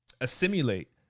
assimilate